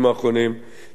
שהממשלה הזאת,